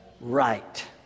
right